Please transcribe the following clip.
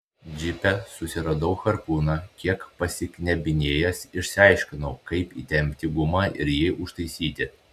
džipe susiradau harpūną kiek pasiknebinėjęs išsiaiškinau kaip įtempti gumą ir jį užtaisyti